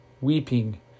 weeping